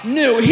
new